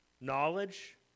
Knowledge